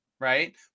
right